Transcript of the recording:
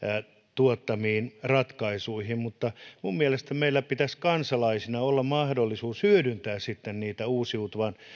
tuottamiin ratkaisuihin mutta minun mielestäni meillä pitäisi kansalaisina olla mahdollisuus hyödyntää uusiutuvan